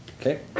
Okay